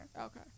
Okay